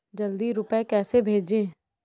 जल्दी रूपए कैसे भेजें?